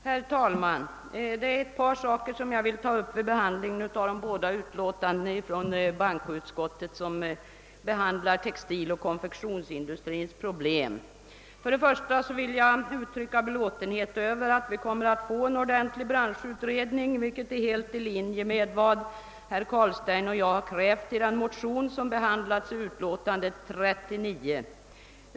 Herr talman! Jag vill till behandling ta upp ett par saker i de båda utlåtanden från bankoutskottet som behandlar textiloch konfektionsindustrins problem. Först och främst vill jag uttrycka belåtenhet över att vi kommer att få en ordentlig branschutredning, vilket är helt i linje med vad herr Carlstein och jag har krävt i den motion som behandlas i utlåtande nr 39.